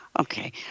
Okay